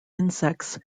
insects